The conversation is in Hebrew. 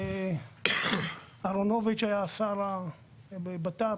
אהרונוביץ׳ היה שר הבט״פ